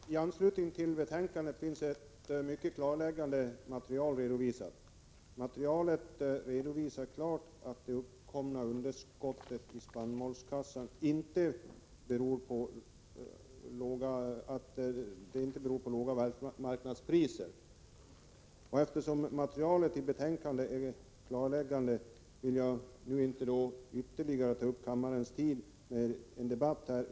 Herr talman! I anslutning till betänkandet har det redovisats ett mycket klarläggande och fylligt material. Detta visar klart att det uppkomna underskottet i spannmålskassan inte beror på låga marknadspriser. Eftersom materialet i betänkandet är klarläggande, vill jag inte ta ännu mer av kammarens tid i anspråk.